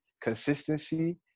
consistency